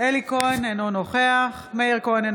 אלי כהן, אינו נוכח מאיר כהן,